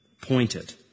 pointed